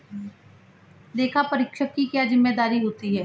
लेखापरीक्षक की क्या जिम्मेदारी होती है?